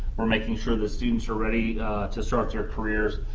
we're making sure that students are ready to start their careers.